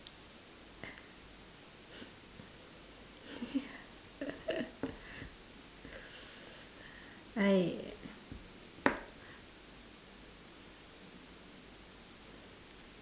!aiya!